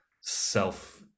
self